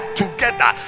together